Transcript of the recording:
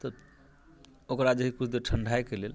तऽ ओकरा जे हइ से किछु देर ठण्ढाइके लेल